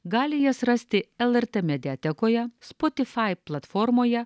gali jas rasti lrt mediatekoje spotifai platformoje